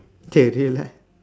okay relax